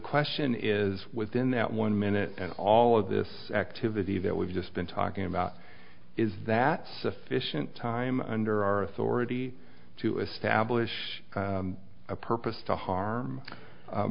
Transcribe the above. question is within that one minute and all of this activity that we've just been talking about is that sufficient time under our authority to establish a purpose to harm